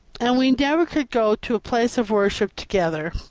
and we never could go to a place of worship together,